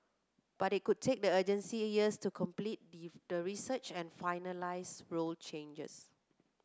but it could take the agency years to complete the research and finalise rule changes